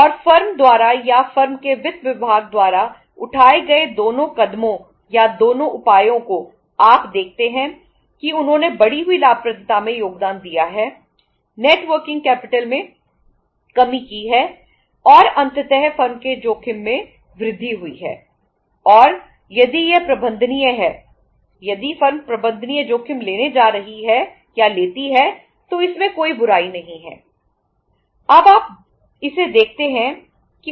और फर्म में कमी की है और अंततः फर्म के जोखिम में वृद्धि हुई है और यदि यह प्रबंधनीय है यदि फर्म प्रबंधनीय जोखिम लेने जा रही है या लेती है तो इसमें कोई बुराई नहीं है